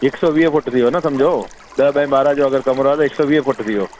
हिकु सौ वीह फुट थी वियो न समुझो ॾह बाए ॿारहां जो अगरि कमिरो आहे त हिकु सौ वीह फुट थी वियो